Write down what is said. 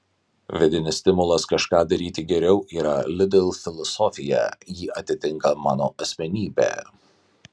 vidinis stimulas kažką daryti geriau yra lidl filosofija ji atitinka mano asmenybę